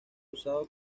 usado